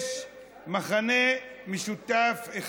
האמת, במקום שתיבנה מסביבה חברה מוסרית